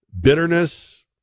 bitterness